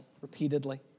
repeatedly